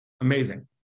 amazing